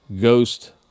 ghost